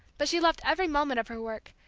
but she loved every moment of her work,